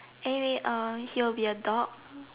anyway uh he will be a dog